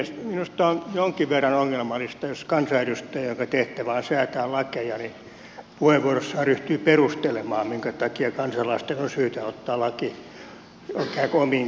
minusta on jonkin verran ongelmallista jos kansanedustaja jonka tehtävä on säätää lakeja puheenvuorossaan ryhtyy perustelemaan minkä takia kansalaisten on syytä ottaa laki ikään kuin omiin käsiinsä